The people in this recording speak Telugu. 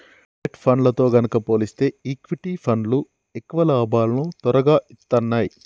డెట్ ఫండ్లతో గనక పోలిస్తే ఈక్విటీ ఫండ్లు ఎక్కువ లాభాలను తొరగా ఇత్తన్నాయి